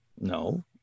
No